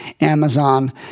Amazon